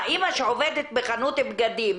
האמא שעובדת בחנות בגדים,